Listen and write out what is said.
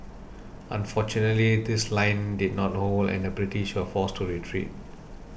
unfortunately this line did not hold and the British were forced to retreat